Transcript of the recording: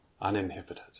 uninhibited